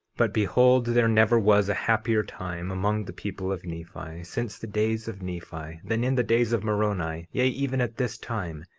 but behold there never was a happier time among the people of nephi, since the days of nephi, than in the days of moroni, yea, even at this time,